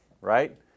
right